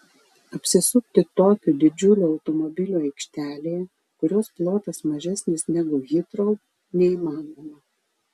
apsisukti tokiu didžiuliu automobiliu aikštelėje kurios plotas mažesnis negu hitrou neįmanoma